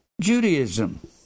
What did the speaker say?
Judaism